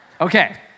Okay